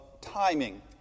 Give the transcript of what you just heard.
timing